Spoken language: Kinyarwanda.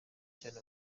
cyane